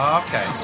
okay